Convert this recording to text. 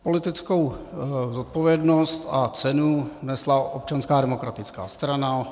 Politickou zodpovědnost a cenu nesla Občanská demokratická strana.